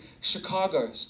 Chicago